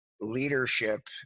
leadership